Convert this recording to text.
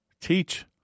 teach